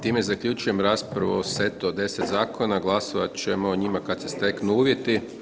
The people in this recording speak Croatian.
Time zaključujem raspravu o setu od 10 zakona, glasovat ćemo o njima kada se steknu uvjeti.